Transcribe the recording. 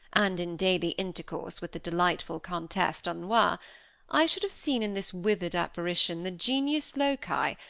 and in daily intercourse with the delightful countess d'aulnois, i should have seen in this withered apparition, the genius loci,